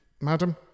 Madam